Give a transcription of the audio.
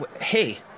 Hey